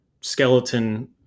skeleton